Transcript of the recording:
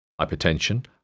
Hypertension